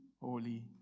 holy